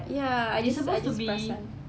ya I just I just perasan